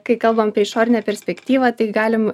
kai kalbam apie išorinę perspektyvą tik galim